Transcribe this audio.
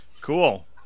cool